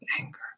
anger